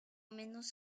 menos